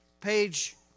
page